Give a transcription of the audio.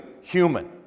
human